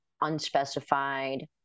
unspecified